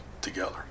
together